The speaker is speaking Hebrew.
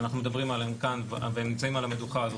שאנחנו מדברים עליהם כאן והם נמצאים על המדוכה הזאת,